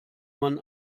man